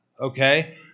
okay